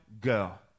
girl